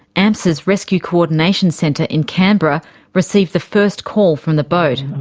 amsa's rescue coordination centre in canberra received the first call from the boat.